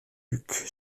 luc